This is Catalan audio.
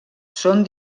són